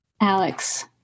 Alex